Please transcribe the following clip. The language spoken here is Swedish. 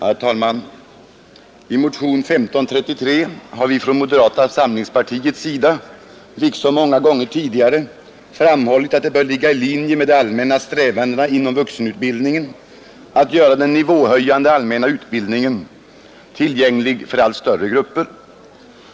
Herr talman! I motion 1533 har vi från moderata samlingspartiets sida — liksom många gånger tidigare — framhållit att det bör ligga i linje med de allmänna strävandena inom vuxenutbildningen att göra den nivåhöjande allmänna utbildningen tillgänglig för allt större grupper.